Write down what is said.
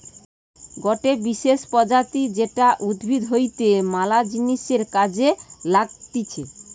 গটে বিশেষ প্রজাতি যেটা উদ্ভিদ হইতে ম্যালা জিনিসের কাজে লাগতিছে